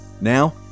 Now